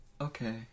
okay